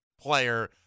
player